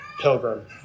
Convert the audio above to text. pilgrim